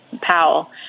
Powell